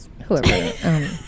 Whoever